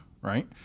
right